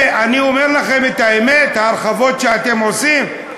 ואני אומר לכם את האמת, ההרחבות שאתם עושים,